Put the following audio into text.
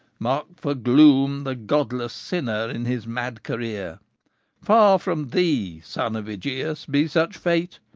mark for doom the godless sinner in his mad career far from thee, son of aegeus, be such fate!